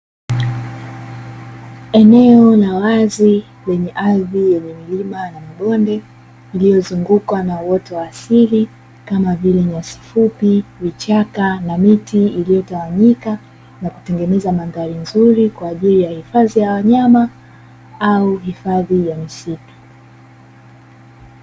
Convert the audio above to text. Eneo la wazi lenye ardhi yenye milima na mabonde, iliyozungukwa na uoto wa asili kama vile: nyasi fupi, vichaka na miti iliyotawanyika na kutengeneza mandhari nzuri, kwa ajili ya hifadhi ya wanyama au hifadhi ya misitu.